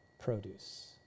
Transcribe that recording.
produce